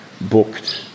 booked